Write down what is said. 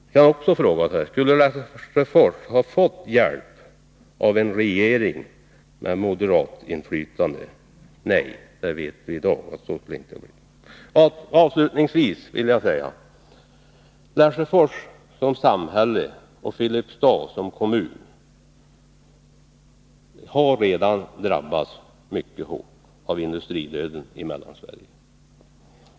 Jag skulle vilja fråga: Skulle Lesjöfors ha fått hjälp av en regering med moderat inflytande? Nej, vi vet i dag att så hade det inte blivit. Avslutningsvis vill jag säga att Lesjöfors som samhälle och Filipstad som kommun redan har drabbats mycket hårt av industridöden i Mellansverige.